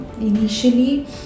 Initially